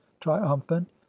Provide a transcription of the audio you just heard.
triumphant